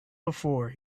before